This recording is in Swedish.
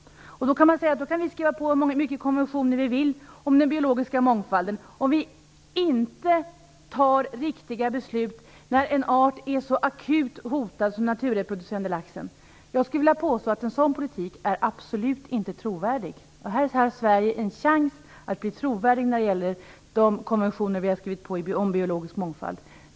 Vi kan skriva på hur många konventioner om den biologiska mångfalden som helst, men om vi inte fattar riktiga beslut när en art är så akut hotad som den naturreproducerande laxen vill jag påstå att en sådan politik absolut inte är trovärdig. Här har Sverige en chans att bli trovärdig när det gäller de konventioner vi har skrivit på om biologisk mångfald.